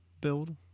build